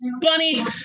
Bunny